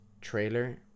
trailer